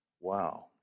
Wow